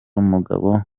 umugabo